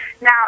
Now